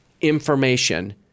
information